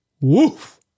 woof